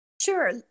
Sure